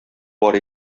бар